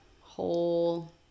whole